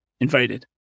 invited